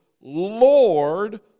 Lord